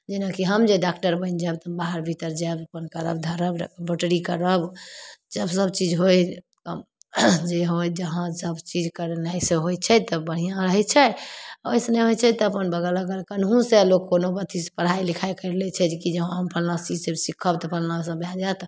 जेनाकि हम जे डाकटर बनि जाएब तऽ हम बाहर भीतर जाएब अपन करब धरब नोकरी करब जब सबचीज होइ जे होइ जहाँ सबचीज करनाइ से होइ छै तऽ बढ़िआँ रहै छै ओहिसे नहि होइ छै तऽ अपन बगल अगल केनहुसे लोक कोनो अथीसे पढ़ाइ लिखाइ करि लै छै जेकि जे हँ हम फल्लाँसे सिखब तऽ फल्लाँसे भऽ जाएत